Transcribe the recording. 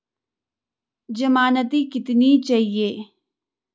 ज़मानती कितने चाहिये?